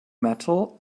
metal